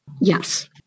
Yes